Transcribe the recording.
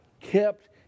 kept